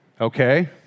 Okay